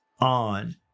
on